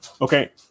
Okay